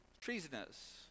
treasonous